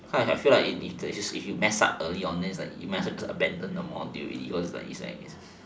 kind of I feel like if you if you messed up early then you might as well abandon the module cause it's like